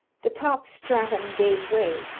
the top stratum gave way,